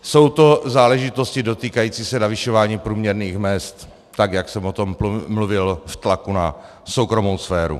Jsou to záležitosti dotýkající se navyšování průměrných mezd, tak jak jsem o tom mluvil, v tlaku na soukromou sféru.